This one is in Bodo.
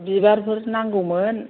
बिबारफोर नांगौमोन